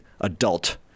adult